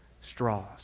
straws